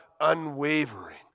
unwavering